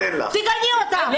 תגני אותם.